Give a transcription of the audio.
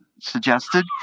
suggested